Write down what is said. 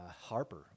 Harper